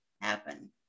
happen